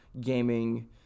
gaming